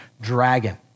dragon